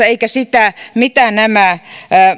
eikä sitä mitä nämä